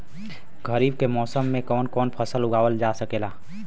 खरीफ के मौसम मे कवन कवन फसल उगावल जा सकेला?